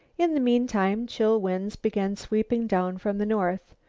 in the meantime, chill winds began sweeping down from the north.